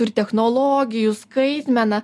ir technologijų skaitmeną